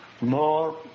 more